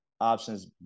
options